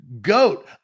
goat